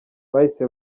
bahise